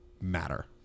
matter